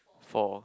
fall